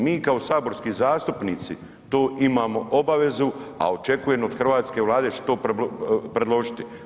Mi kao saborski zastupnici to imamo obavezu, a očekujem od hrvatske Vlade da će to predložiti.